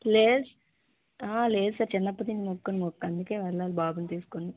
లేద్ లేదు సార్ చిన్నపటి నుంచి మొక్కుకున్న మొక్కు అందుకే వెళ్లాలి బాబుని తీసుకుని